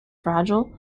fragile